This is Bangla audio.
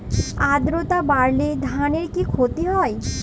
আদ্রর্তা বাড়লে ধানের কি ক্ষতি হয়?